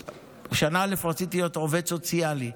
בשנה א' רציתי להיות עובד סוציאלי,